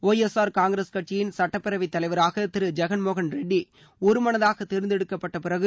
YSR Congress கட்சியின் சட்டப்பேரவை தலைவராக திரு ஜெகன்மோகன் ரெட்டி ஒருமனதாக தேர்ந்தெடுக்கப்பட்டப்பிறகு